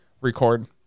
record